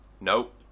Nope